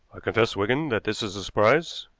confess, wigan, that this is a surprise,